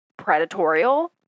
predatorial